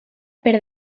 per